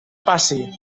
passi